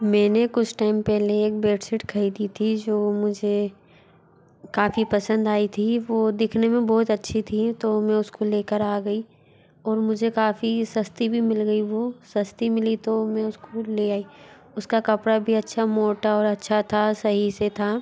मेने कुछ टाइम पहले एक बेडशीट खरीदी थी जो मुझे काफ़ी पसंद आई थी वो दिखने में बहुत अच्छी थी तो मैं उसको लेकर आ गई ओर मुझे काफ़ी सस्ती भी मिल गई वो सस्ती मिली तो मैं उसको ले आई उसका कपड़ा भी अच्छा मोटा और अच्छा था सही से था